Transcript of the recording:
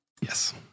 Yes